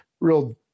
real